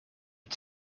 het